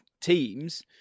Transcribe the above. teams